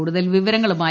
കൂടുതൽ വിവരങ്ങളുമായി